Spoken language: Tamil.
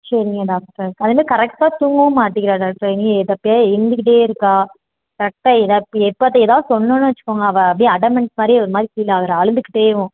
சரிங்க டாக்டர் காலையில் கரெக்டாக தூங்கவும் மாட்டிங்கிறா டாக்டர் இன்னும் எதப்பா எழுந்துகிட்டே இருக்காள் கரெக்டாக ஏதாவது எப்பாட்ட ஏதாவது சொன்னோம்னு வைச்சுக்கோங்க அவள் அப்டியே அடமெண்ட் மாதிரி ஒருமாதிரி ஃபீல் ஆகிறா அழுதுகிட்டேவும்